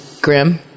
grim